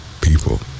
people